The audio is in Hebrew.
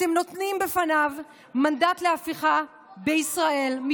אתם נותנים לו מנדט להפיכה בישראל,